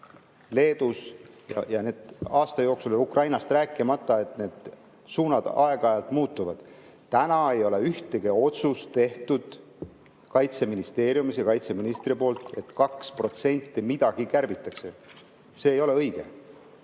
Poolas ja Leedus aasta jooksul, Ukrainast rääkimata, need suunad aeg-ajalt muutuvad. Praegu ei ole tehtud ühtegi otsust Kaitseministeeriumis ega kaitseministri poolt, et 2% midagi kärbitakse. See ei ole õige.